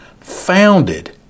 founded